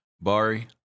Bari